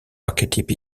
archetype